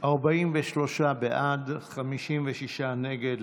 43 בעד, 56 נגד.